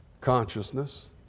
consciousness